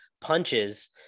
punches